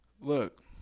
Look